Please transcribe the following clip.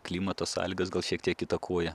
klimato sąlygos gal šiek tiek įtakuoja